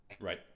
right